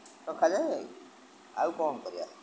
ସକାଲେ ଆଉ କ'ଣ କରିବା